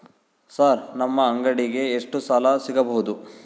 Sir ನಮ್ಮ ಅಂಗಡಿಗೆ ಎಷ್ಟು ಸಾಲ ಸಿಗಬಹುದು?